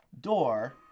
door